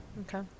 Okay